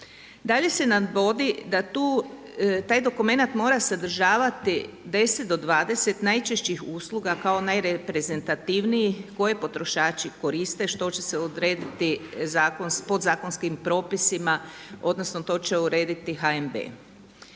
Dalje se navodi da taj dokumenat mora sadržavati 10 do 20 najčešćih usluga kao najreprezentativniji koje potrošači koriste što će se odrediti podzakonskim propisima, odnosno to će urediti HNB.